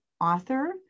author